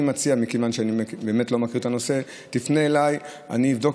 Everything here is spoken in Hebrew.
מכיוון שאני באמת לא מכיר את הנושא אני מציע שתפנה אליי ואני אבדוק